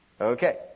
Okay